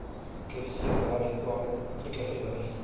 कृषि उधार हेतु आवेदन पत्र कैसे भरें?